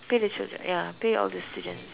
pay the children ya pay all the students